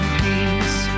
peace